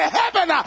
heaven